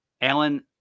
Alan